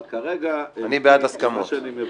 אבל כרגע מה זה הכיוון שאני מבקש.